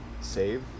save